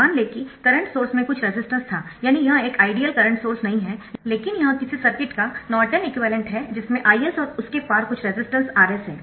मान लें कि करंट सोर्स में कुछ रेजिस्टेंस था यानी यह एक आइडियल करंट सोर्स नहीं है लेकिन यह किसी सर्किट का नॉर्टन एक्विवैलेन्ट है जिसमें Is और इसके पार कुछ रेजिस्टेंस Rs है